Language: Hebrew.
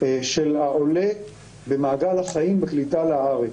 של העולה במעגל החיים בקליטה לארץ.